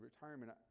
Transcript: retirement